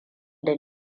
da